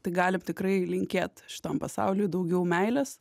tai galim tikrai linkėt šitam pasauliui daugiau meilės